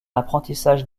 apprentissage